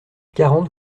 quarante